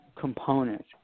component